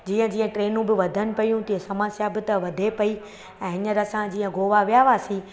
जीअं जीअं ट्रेनूं बि वधनि पयूं तीअं समस्या बि त वधे पई ऐं हींअर असां जीअं गोआ विया हुआसीं